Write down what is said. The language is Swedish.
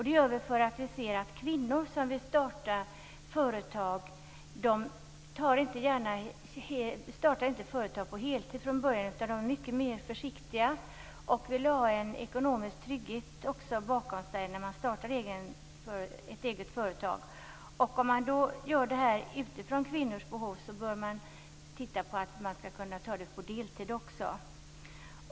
Det gör vi för att vi vet att kvinnor som vill starta företag inte gärna startar företag på heltid från början utan de är mycket mer försiktiga och vill ha en ekonomisk trygghet i botten när de startar ett eget företag. Om detta nu föreslås utifrån kvinnors behov bör det också övervägas om det inte skall vara möjligt att göra det på deltid också.